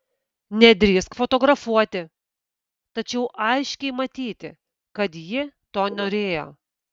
nedrįsk fotografuoti tačiau aiškiai matyti kad ji to norėjo